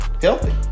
healthy